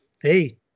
hey